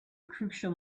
crucial